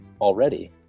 already